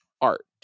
art